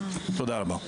תודה רבה.